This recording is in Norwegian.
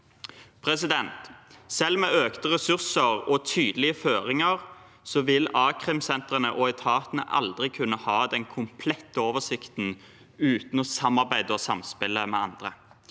kriminelle. Selv med økte ressurser og tydelige føringer vil akrimsentrene og etatene aldri kunne ha den komplette oversikten uten å samarbeide og samspille med andre.